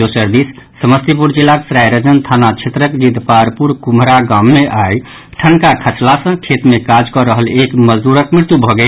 दोसर दिस समस्तीपुर जिलाक सरायरंजन थाना क्षेत्रक जितवारपुर कुम्हरा गाम मे आई ठनका खसला सॅ खेत मे काज कऽ रहल एक मजदूरक मृत्यु भऽ गेल